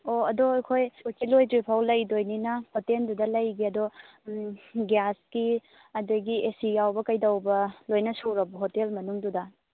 ꯑꯣ ꯑꯗꯣ ꯑꯩꯈꯣꯏ ꯀꯨꯠꯁꯦ ꯂꯣꯏꯗ꯭ꯔꯤꯐꯥꯎ ꯂꯩꯗꯣꯏꯅꯤꯅ ꯍꯣꯇꯦꯜꯗꯨꯗ ꯂꯩꯒꯦ ꯑꯗꯨ ꯒ꯭ꯌꯥꯁꯀꯤ ꯑꯗꯒꯤ ꯑꯦ ꯁꯤ ꯌꯥꯎꯕ ꯀꯩꯗꯧꯕ ꯂꯣꯏꯅ ꯁꯨꯔꯕꯣ ꯍꯣꯇꯦꯜ ꯃꯅꯨꯡꯗꯨꯗ